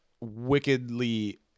wickedly